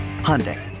Hyundai